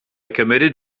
committed